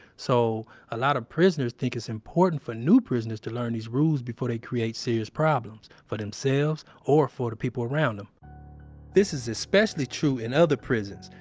so a lot of prisoners think it's important for new prisoners to learn these rules before they create serious problems for themselves or for the people around them this is especially true in other prisons.